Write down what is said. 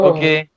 Okay